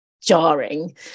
jarring